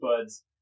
buds